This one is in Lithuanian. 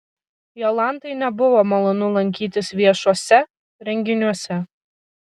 jolantai nebuvo malonu lankytis viešuose renginiuose